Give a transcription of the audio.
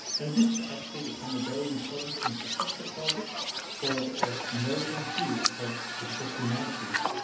and this actually became a very important infrastructure project for the emerging field called digital humanities.